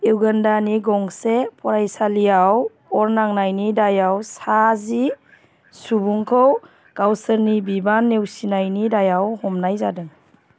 युगान्डानि गंसे फरायसालियाव अर नांनायनि दायआव सा जि सुबुंखौ गावसोरनि बिबान नेउसिनायनि दायआव हमनाय जादों